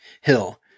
Hill